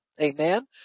Amen